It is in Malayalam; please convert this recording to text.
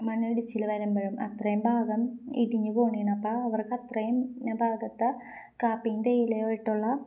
മണ്ണിടിച്ചില് വരുമ്പഴും അത്രേയും ഭാഗം ഇടിഞ്ു പോണീാണ് അപ്പ അവർക്ക അത്രേയും ഭാഗത്ത് കാപ്പീം തേയിലായിയിട്ടുള്ള